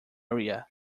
area